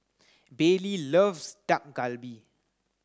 Bailey loves Dak Galbi